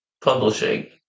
publishing